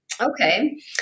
okay